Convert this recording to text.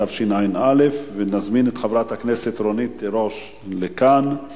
התשע"א 2011. נזמין את חברת הכנסת רונית תירוש לכאן על